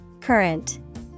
Current